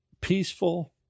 peaceful